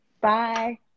Bye